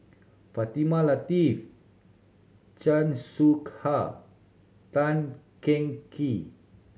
Fatimah Lateef Chan Soh Ha Tan Cheng Kee